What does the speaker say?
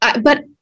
But-